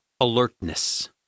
alertness